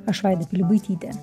aš vaida pilibaitytė